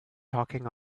talking